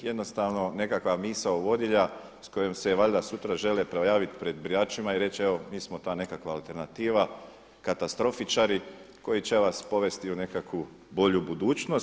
Jednostavno nekakva misao vodilja s kojom se valjda sutra žele pojavit pred biračima i reći evo mi smo ta nekakva alternativa, katastrofičari koji će vas povesti u nekakvu bolju budućnost.